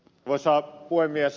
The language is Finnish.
arvoisa puhemies